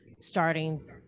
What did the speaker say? starting